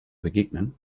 begegnen